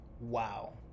Wow